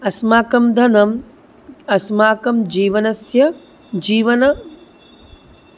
अस्माकं धनम् अस्माकं जीवनस्य जीवने